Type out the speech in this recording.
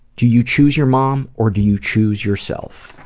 do you chose your mom or do you chose yourself.